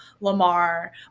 Lamar